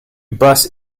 bus